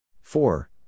four